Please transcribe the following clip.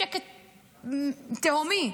בשקט תהומי,